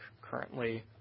currently